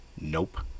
Nope